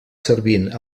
servint